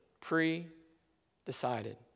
pre-decided